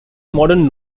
modern